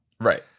Right